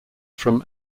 from